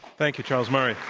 thank you, charles murray.